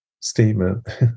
statement